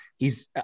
hes